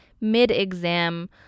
mid-exam